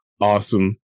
Awesome